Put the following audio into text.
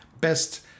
best